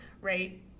right